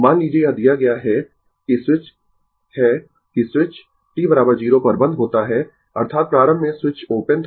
मान लीजिए यह दिया गया है कि स्विच है कि स्विच t 0 पर बंद होता है अर्थात प्रारंभ में स्विच ओपन था